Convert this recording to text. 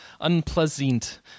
Unpleasant